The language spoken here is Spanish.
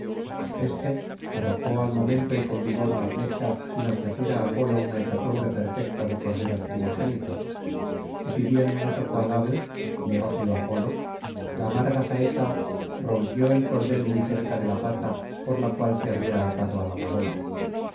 éste arrojó al momento y ton vigor una flecha sin ofrecer á apolo una hecatombe perfecta de corderos primogénitos y si bien no tocó al ave negóselo apolo la amarga saeta rompió el cordel muy cerca de la pata por la cual se había atado á la paloma